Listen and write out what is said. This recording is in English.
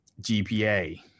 GPA